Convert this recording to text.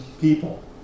people